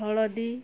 ହଳଦୀ